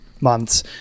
months